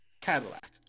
Cadillac